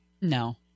No